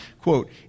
Quote